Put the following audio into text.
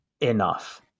enough